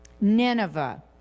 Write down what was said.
nineveh